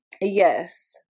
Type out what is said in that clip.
Yes